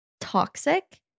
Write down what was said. toxic